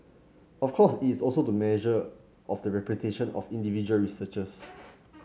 of course is also the measure of the reputation of individual researchers